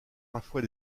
parfois